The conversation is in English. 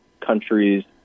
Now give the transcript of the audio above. countries